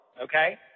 Okay